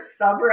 subreddit